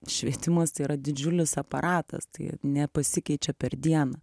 švietimas tai yra didžiulis aparatas tai nepasikeičia per dieną